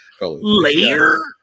Layer